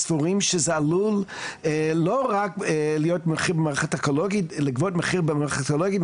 שסבורים שזה עלול לא רק לגבות מחיר במערכת אקולוגית,